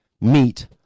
meet